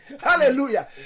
Hallelujah